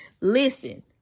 listen